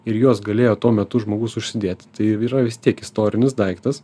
ir juos galėjo tuo metu žmogus užsidėti tai ir yra vis tiek istorinis daiktas